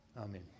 Amen